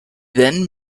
then